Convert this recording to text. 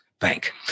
Bank